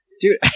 Dude